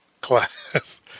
class